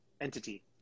entity